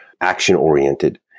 action-oriented